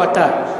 או אתה?